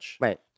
Right